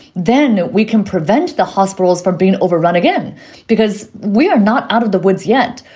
then we can prevent the hospitals from being overrun again because we are not out of the woods yet.